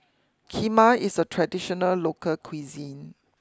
Kheema is a traditional local cuisine